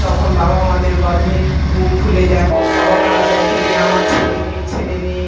তখন বাবা মাদের গর্বে বুক ফুলে যায় বাবা মারা দেখে যে আমার ছেলে মেয়ে ছেলে মেয়ে